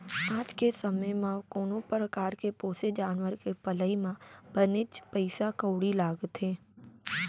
आज के समे म कोनो परकार के पोसे जानवर के पलई म बनेच पइसा कउड़ी लागथे